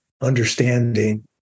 understanding